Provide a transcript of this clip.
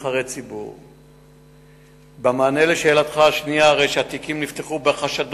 4. כמה תיקים דומים נפתחו בשנים 2005 2007 וכמה מהם נסגרו?